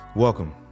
Welcome